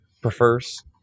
prefers